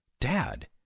dad